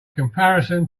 comparison